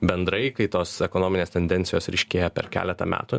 bendrai kai tos ekonominės tendencijos ryškėja per keletą metų